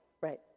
right